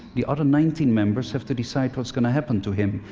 the other nineteen members have to decide what's going to happen to him.